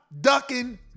ducking